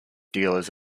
dealers